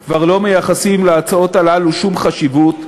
כבר לא מייחסים להצעות האלה שום חשיבות,